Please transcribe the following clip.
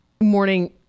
morning